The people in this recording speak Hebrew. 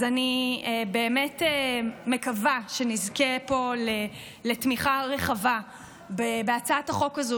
אז אני באמת מקווה שנזכה פה לתמיכה רחבה בהצעת החוק הזו,